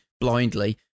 blindly